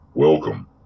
Welcome